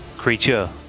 creature